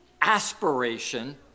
aspiration